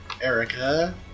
Erica